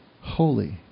holy